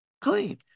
clean